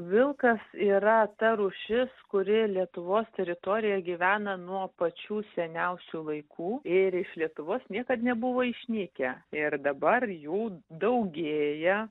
vilkas yra ta rūšis kuri lietuvos teritorijoj gyvena nuo pačių seniausių laikų ir iš lietuvos niekad nebuvo išnykę ir dabar jų daugėja